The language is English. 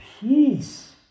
peace